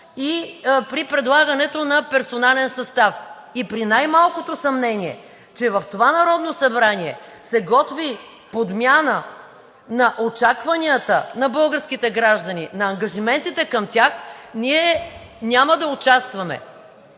и при предлагането на персонален състав. При най-малкото съмнение, че в това Народно събрание се готви подмяна на очакванията на българските граждани, на ангажиментите към тях, ние няма да участваме.